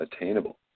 attainable